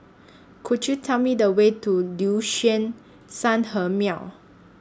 Could YOU Tell Me The Way to Liuxun Sanhemiao